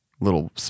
little